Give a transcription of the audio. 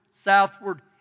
Southward